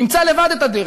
נמצא לבד את הדרך.